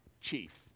chief